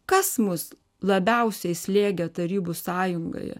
kas mus labiausiai slėgė tarybų sąjungoje